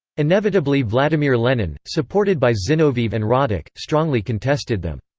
inevitably vladimir lenin, supported by zinoviev and radek, strongly contested them.